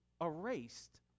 erased